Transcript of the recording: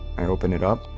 i open it up,